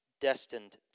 destined